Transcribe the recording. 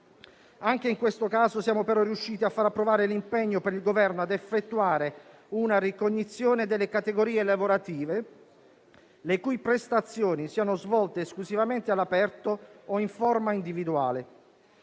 Anche in questo caso siamo però riusciti a far approvare un impegno per il Governo a effettuare una ricognizione delle categorie lavorative le cui prestazioni siano svolte esclusivamente all'aperto o in forma individuale,